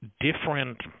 different